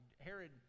Herod